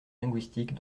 linguistique